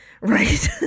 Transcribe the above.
right